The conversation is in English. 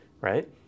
right